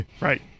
right